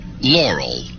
Laurel